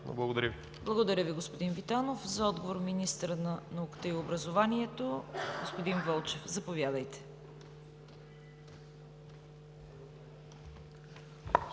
Благодаря Ви, господин Витанов. За отговор – министърът на науката и образованието господин Вълчев. Заповядайте,